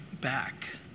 back